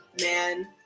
man